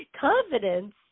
confidence